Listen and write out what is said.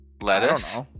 Lettuce